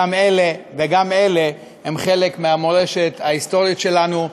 גם אלה וגם אלה הם חלק מהמורשת ההיסטורית שלנו.